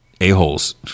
a-holes